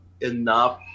enough